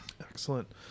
Excellent